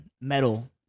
metal